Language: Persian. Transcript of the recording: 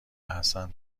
حسن